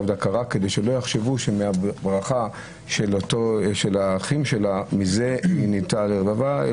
עקרה כדי שלא יחשבו שמהברכה של האחים שלה היא נהייתה רבבה.